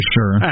Sure